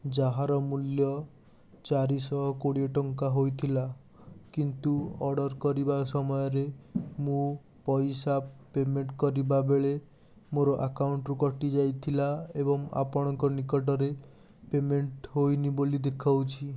ଯାହାର ମୂଲ୍ୟ ଚାରିଶହ କୋଡ଼ିଏ ଟଙ୍କା ହୋଇଥିଲା କିନ୍ତୁ ଅର୍ଡ଼ର୍ କରିବା ସମୟରେ ମୁଁ ପଇସା ପେମେଣ୍ଟ୍ କରିବାବେଳେ ମୋର ଆକାଉଣ୍ଟ୍ ରୁ କଟିଯାଇଥିଲା ଏବଂ ଆପଣଙ୍କ ନିକଟରେ ପେମେଣ୍ଟ୍ ହୋଇନି ବୋଲି ଦେଖାଉଛି